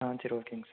ஆ சரி ஓகேங்க சார்